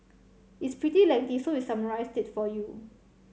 it's pretty lengthy so we summarised it for you